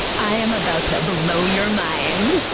i am about to blow your mind!